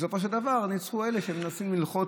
בסופו של דבר ניצחו אלה שמנסים ללחוץ